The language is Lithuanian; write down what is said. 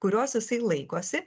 kurios jisai laikosi